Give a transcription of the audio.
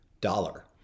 dollar